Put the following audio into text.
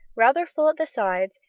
rather full at the sides,